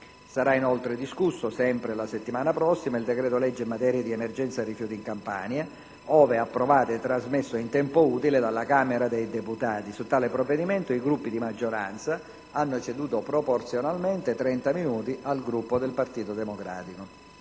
Sarà inoltre discusso - sempre la settimana prossima - il decreto-legge in materia di emergenza rifiuti in Campania, ove approvato e trasmesso in tempo utile dalla Camera dei deputati. Su tale provvedimento i Gruppi di maggioranza hanno ceduto proporzionalmente 30 minuti al Gruppo del Partito Democratico.